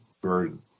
burden